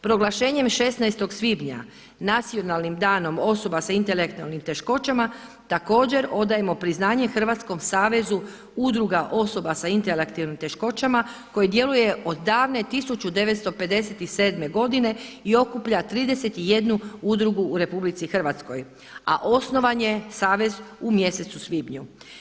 Proglašenjem 16. svibnja Nacionalnim danom osoba sa intelektualnim teškoćama također odajemo priznanje Hrvatskom savezu udruga osoba sa intelektualnim teškoćama koji djeluje od davne 1957. godine i okuplja 31 udrugu u Republici Hrvatskoj a osnovan je savez u mjesecu svibnju.